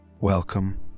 welcome